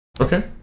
Okay